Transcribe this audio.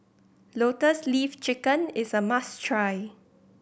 Lotus Leaf Chicken is a must try